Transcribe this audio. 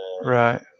Right